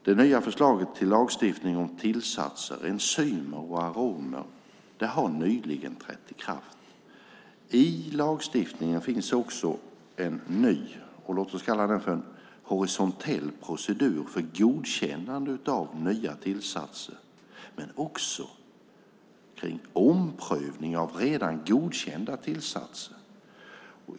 Det nya förslaget till lagstiftning om tillsatser, enzymer och aromer har nyligen trätt i kraft. I lagstiftningen finns också en ny, låt oss kalla den horisontell, procedur för godkännande av nya tillsatser men också för omprövning av redan godkända tillsatser.